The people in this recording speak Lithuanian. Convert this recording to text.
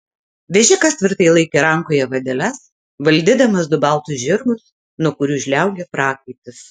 vežikas tvirtai laikė rankoje vadeles valdydamas du baltus žirgus nuo kurių žliaugė prakaitas